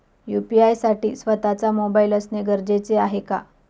UPI साठी स्वत:चा mobile असणे गरजेचे आहे का?